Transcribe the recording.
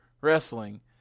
wrestling